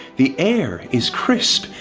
the air is crisp,